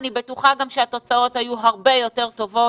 אני בטוחה גם שהתוצאות היו הרבה יותר טובות